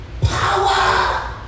Power